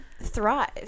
thrive